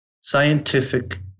scientific